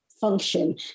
function